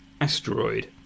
Asteroid